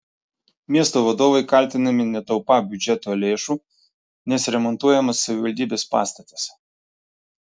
miesto vadovai kaltinami netaupą biudžeto lėšų nes remontuojamas savivaldybės pastatas